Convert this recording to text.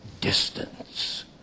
distance